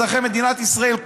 אזרחי מדינת ישראל,